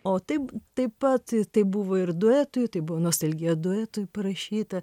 o taip taip pat tai buvo ir duetui tai buvo nostalgija duetui parašyta